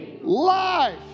life